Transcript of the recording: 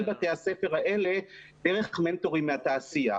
בתי הספר האלה דרך מנטורים מהתעשייה.